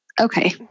Okay